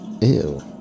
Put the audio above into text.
ew